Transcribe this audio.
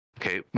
Okay